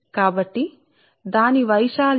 కాబట్టి దాని వైశాల్యం